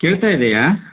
ಕೇಳ್ತಾ ಇದೆಯಾ